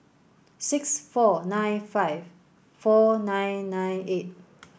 six four nine five four nine nine eight